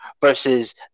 versus